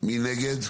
מי נגד?